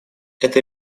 это